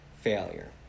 failure